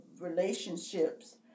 relationships